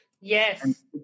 Yes